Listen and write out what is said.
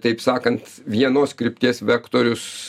taip sakant vienos krypties vektorius